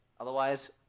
otherwise